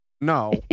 no